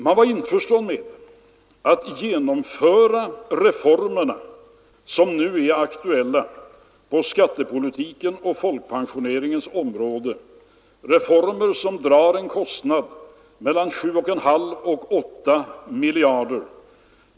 Man var införstådd med att genomföra reformerna som nu är aktuella på skattepolitikens och folkpensioneringens område — reformer som drar en kostnad av mellan 7,5 och 8 miljarder kronor.